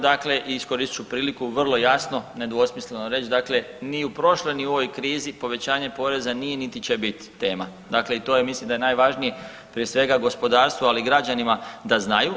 Dakle, iskoristit ću priliku vrlo jasno nedvosmisleno reć dakle ni u prošloj ni u ovoj krizi povećanje poreza nije niti će bit tema, dakle i to je mislim da je najvažnije prije svega gospodarstvo, ali i građanima da znaju.